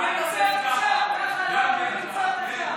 זה לא הבית שלו, הוא לא יעשה לי ככה.